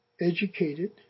educated